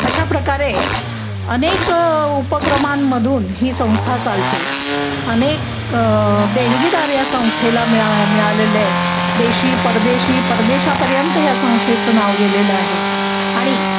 अशा प्रकारे अनेक उपक्रमांमधून ही संस्था चालते अनेक देणगीदार या संस्थेला मिळा मिळालेले आहेत देशी परदेशी परदेशापर्यंत ह्या संस्थेचं नाव गेलेलं आहे आणि